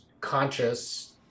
conscious